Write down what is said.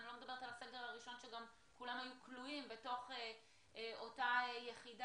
אני לא מדברת על הסגר הראשון שגם כולם היו כלואים בתוך אותה יחידה.